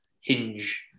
hinge